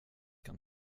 kan